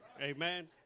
amen